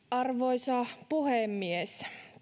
arvoisa puhemies